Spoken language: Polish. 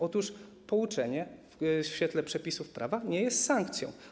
Otóż pouczenie w świetle przepisów prawa nie jest sankcją.